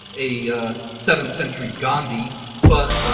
a seventh century ghandi but